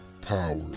Power